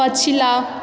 पछिला